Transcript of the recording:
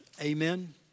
Amen